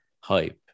hype